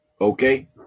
okay